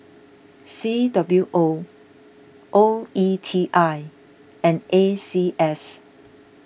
C W O O E T I and A C S